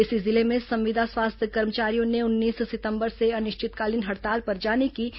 इसी जिले में संविदा स्वास्थ्य कर्मचारियों ने उन्नीस सितंबर से अनिश्चितकालीन हड़ताल पर जाने की चेतावनी दी है